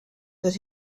that